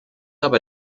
aber